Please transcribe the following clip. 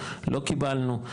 לא קיבלנו,